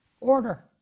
order